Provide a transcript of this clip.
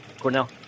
Cornell